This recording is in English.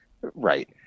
right